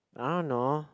I don't know